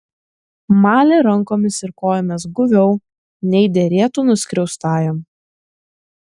malė rankomis ir kojomis guviau nei derėtų nuskriaustajam